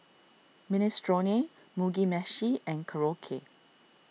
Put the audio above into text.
Minestrone Mugi Meshi and Korokke